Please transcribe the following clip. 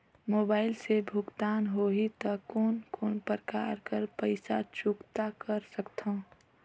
Mobile से भुगतान होहि त कोन कोन प्रकार कर पईसा चुकता कर सकथव?